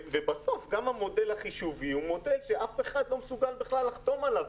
בסוף גם המודל החישובי הוא מודל שאף אחד לא מסוגל בכלל לחתום עליו.